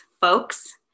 folks